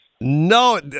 No